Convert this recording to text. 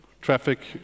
traffic